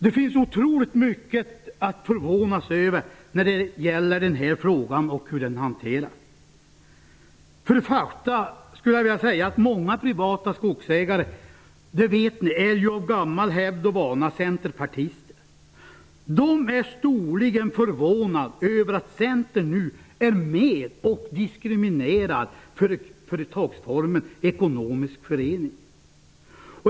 Det finns så otroligt mycket att förvånas över när det gäller denna fråga och hur den hanteras. Jag skulle vilja säga att många privata skogsägare av gammal hävd och vana är centerpartister -- det vet ni. De är storligen förvånade över att Centern nu är med och diskriminerar företagsformen ekonomisk förening.